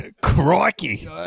Crikey